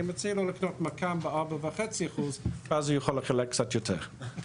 אני מציע לו לקנות מק"מ ב-4.5% ואז הוא יוכל לחלק קצת יותר.